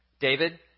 David